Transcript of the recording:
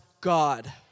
God